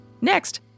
Next